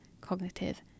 cognitive